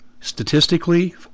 statistically